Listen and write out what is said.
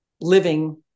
living